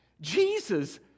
Jesus